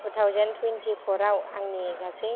two thousand twenty फराव आंनि गासै